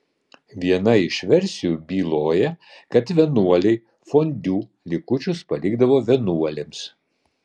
viena iš versijų byloja kad vienuoliai fondiu likučius palikdavo vienuolėms